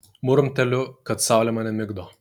murmteliu kad saulė mane migdo